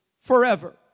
forever